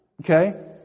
okay